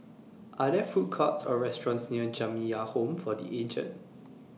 Are There Food Courts Or restaurants near Jamiyah Home For The Aged